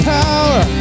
power